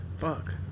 Fuck